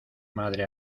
madre